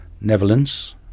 Netherlands